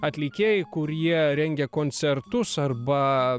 atlikėjai kurie rengė koncertus arba